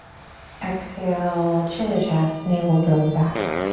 exhale, chin to chest, navel draws back.